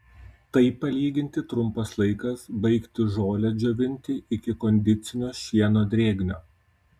tai palyginti trumpas laikas baigti žolę džiovinti iki kondicinio šieno drėgnio